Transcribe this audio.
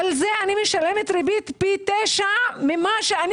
על זה אני משלמת ריבית פי תשע ממה שאני